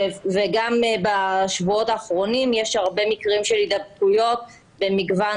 גם בשבועות האחרונים יש הרבה מקרים של הידבקויות במגוון